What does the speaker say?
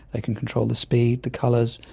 they can control the speed, the colours,